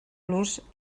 los